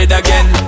again